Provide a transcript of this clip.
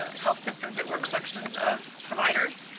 health systems that were collections of providers,